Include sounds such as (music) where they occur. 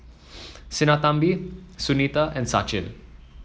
(noise) Sinnathamby Sunita and Sachin